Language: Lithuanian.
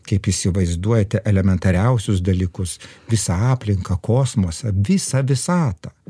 kaip įsivaizduojate elementariausius dalykus visą aplinką kosmosą visą visatą